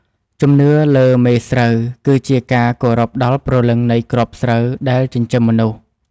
ជំនឿលើ "មេស្រូវ" គឺជាការគោរពដល់ព្រលឹងនៃគ្រាប់ស្រូវដែលចិញ្ចឹមមនុស្ស។